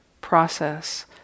process